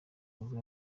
nibwo